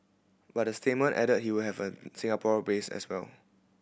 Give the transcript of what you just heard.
but the statement added he will have an Singapore base as well